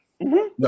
No